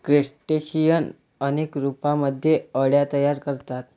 crustacean अनेक रूपांमध्ये अळ्या तयार करतात